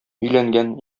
өйләнгән